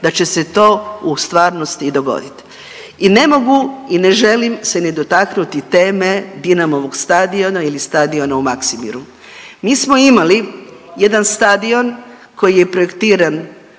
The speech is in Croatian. da će se to u stvarnosti i dogodit. I ne mogu i ne želim se ne dotaknuti teme Dinamovog stadiona ili stadiona u Maksimiru. Mi smo imali jedan stadion koji je projektiran